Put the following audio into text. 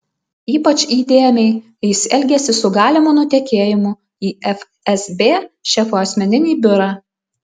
ypač įdėmiai jis elgėsi su galimu nutekėjimu į fsb šefo asmeninį biurą